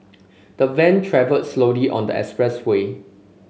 the van travelled slowly on the expressway